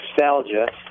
Nostalgia